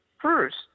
first